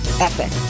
epic